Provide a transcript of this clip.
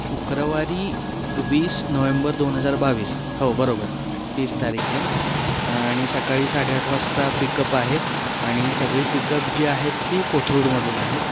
शुक्रवारी वीस नोव्हेंबर दोन हजार बावीस हो बरोबर तीस तारीख आहे आणि सकाळी साडेआठ वाजता पिकअप आहे आणि सगळी पिकअप जी आहेत ती कोथरूडमधून आहेत